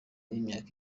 y’imyaka